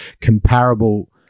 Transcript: comparable